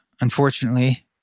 unfortunately